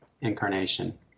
incarnation